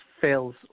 fails